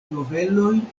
novelojn